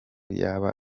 yaba